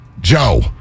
Joe